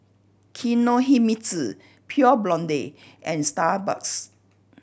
Kinohimitsu Pure Blonde and Starbucks